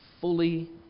fully